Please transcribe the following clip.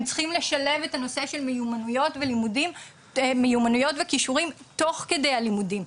הם צריכים לשלב את הנושא של מיומנויות וכישורים תוך כדי הלימודים.